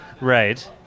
Right